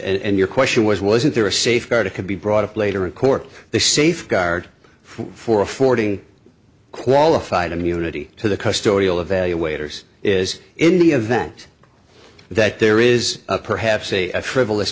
and your question was wasn't there a safeguard it could be brought up later in court the safeguard for affording qualified immunity to the custody all evaluators is in the event that there is a perhaps a frivolous